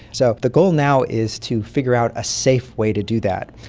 so the goal now is to figure out a safe way to do that.